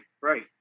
right